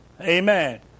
Amen